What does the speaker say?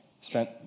spent